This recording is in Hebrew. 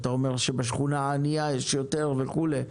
אתה אומר שבשכונה ענייה יש יותר וכולי.